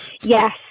Yes